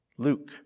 Luke